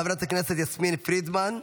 חברת הכנסת יסמין פרידמן.